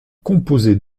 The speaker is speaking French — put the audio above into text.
composée